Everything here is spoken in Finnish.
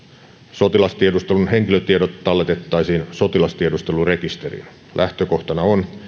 sotilastiedustelun henkilötiedot talletettaisiin sotilastiedustelurekisteriin lähtökohtana on